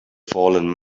fallen